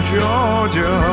Georgia